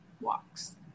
walks